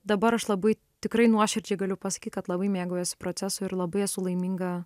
dabar aš labai tikrai nuoširdžiai galiu pasakyt kad labai mėgaujuosi procesu ir labai esu laiminga